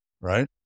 right